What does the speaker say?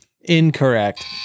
Incorrect